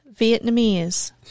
Vietnamese